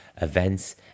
events